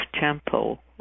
tempo